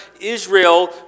Israel